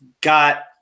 got